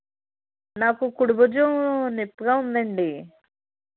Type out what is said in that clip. నాకు కుడి భుజం నొప్పిగా ఉందండి